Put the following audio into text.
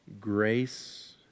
grace